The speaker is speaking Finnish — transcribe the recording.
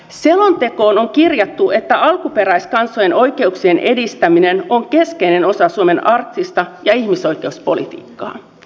selontekoon on kirjattu että alkuperäiskansojen oikeuksien edistäminen on keskeinen osa suomen arktista ja ihmisoikeuspolitiikkaa